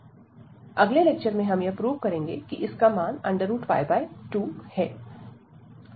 अगले लेक्चर में हम यह प्रूव करेंगे कि इसका मान 2 है